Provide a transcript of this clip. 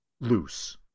loose